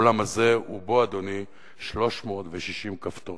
באולם הזה, ובו 360 כפתורים.